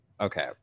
okay